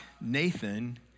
Nathan